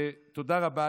תודה רבה.